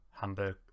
Hamburg